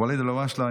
ואליד אלהואשלה,